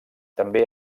també